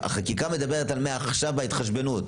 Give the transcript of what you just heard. החקיקה מדברת על מעכשיו ההתחשבנות.